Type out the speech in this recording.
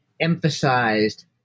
emphasized